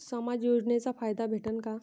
समाज योजनेचा फायदा भेटन का?